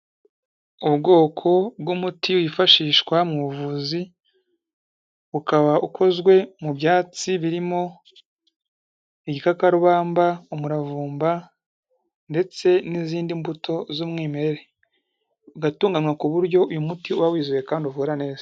Ubwoko bw'umuti wifashishwa mu buvuzi, ukaba ukozwe mu byatsi birimo igikakarubamba, umuravumba ndetse n'izindi mbuto z'umwimerere. Ugatunganywa ku buryo, uyu muti uba wizewe kandi uvura neza.